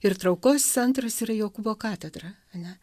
ir traukos centras yra jokūbo katedra ane